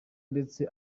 ndetse